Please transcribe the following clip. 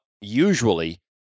usually